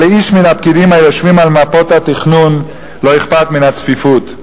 ולאיש מן הפקידים היושבים על מפות התכנון לא אכפת מן הצפיפות.